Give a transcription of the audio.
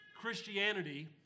Christianity